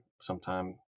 sometime